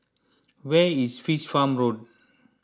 where is Fish Farm Road